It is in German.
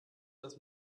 das